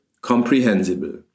comprehensible